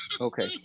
okay